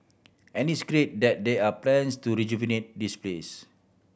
and it's great that there are plans to rejuvenate this place